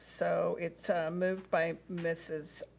so it's moved by mrs.